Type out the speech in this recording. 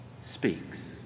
speaks